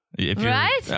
Right